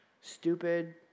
stupid